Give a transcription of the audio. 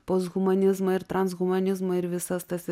posthumanizmą ir transhumanizmą ir visas tas